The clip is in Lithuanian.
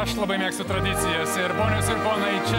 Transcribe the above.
aš labai mėgstu tradicijas ir ponios ir ponai čia